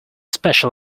special